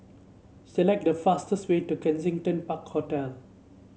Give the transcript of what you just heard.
select the fastest way to Kensington Park Road